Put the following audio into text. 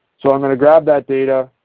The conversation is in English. so i'm going to grab that data.